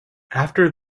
after